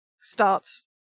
starts